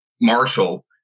Marshall